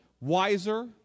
wiser